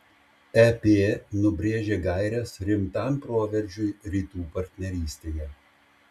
ep nubrėžė gaires rimtam proveržiui rytų partnerystėje